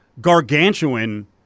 gargantuan